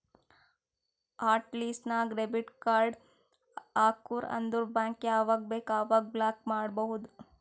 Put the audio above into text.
hot list ನಾಗ್ debit card ಹಾಕುರ್ ಅಂದುರ್ ಬ್ಯಾಂಕ್ ಯಾವಾಗ ಬೇಕ್ ಅವಾಗ ಬ್ಲಾಕ್ ಮಾಡ್ಬೋದು